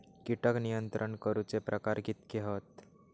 कीटक नियंत्रण करूचे प्रकार कितके हत?